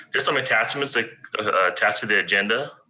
there's some attachments attached to the agenda,